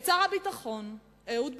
את שר הביטחון אהוד ברק,